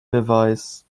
beweis